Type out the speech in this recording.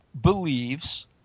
believes